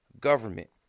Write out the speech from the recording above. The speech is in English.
government